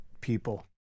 people